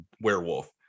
werewolf